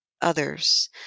others